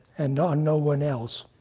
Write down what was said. and ah no one else.